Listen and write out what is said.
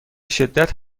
شدت